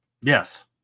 Yes